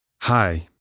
Hi